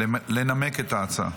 לנמק את ההצעה.